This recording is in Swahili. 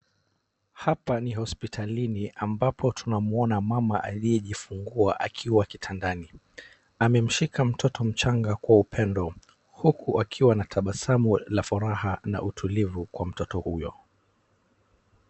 Hapa ni hospitalini ambapo tunamwona mama aliyejifungua akiwa kitandani. Amemshika mtoto mchanga kwa upendo huku akiwa na tabasamu na furaha na utulivu kwa mtoto huyo.